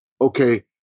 okay